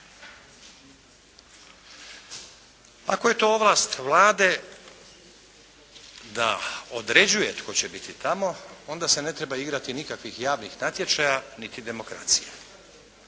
Ako je to ovlast Vlade da određuje tko će biti tamo onda se ne treba igrati nikakvih javnih natječaja niti demokracije.